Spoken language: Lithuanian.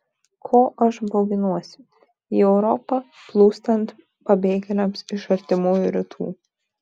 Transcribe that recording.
ko aš bauginuosi į europą plūstant pabėgėliams iš artimųjų rytų